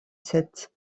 sept